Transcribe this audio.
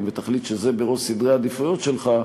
ותחליט שזה בראש סדרי העדיפויות שלך,